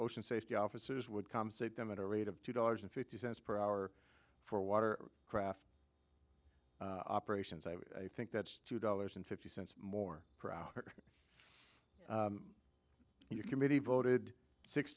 ocean safety officers would compensate them at a rate of two dollars and fifty cents per hour for water craft operations i think that's two dollars and fifty cents more per hour and your committee voted six